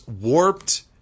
warped